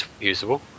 usable